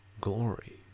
Glory